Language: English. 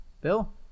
Bill